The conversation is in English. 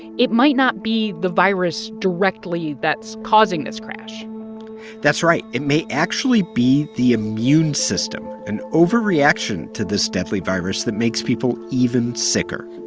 it might not be the virus directly that's causing this crash that's right. it may actually be the immune system, an overreaction to this deadly virus, that makes people even sicker